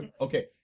Okay